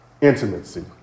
intimacy